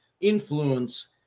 influence